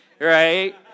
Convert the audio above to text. right